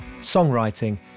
songwriting